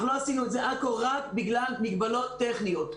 לא עשינו את זה עד כה רק בגלל מגבלות טכניות.